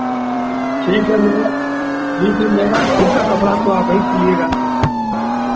ठीक है मेरा ठीक है मेरा खुद का कपड़ा तो आप ही सिलिएगा